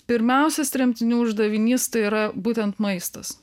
pirmiausias tremtinių uždavinys tai yra būtent maistas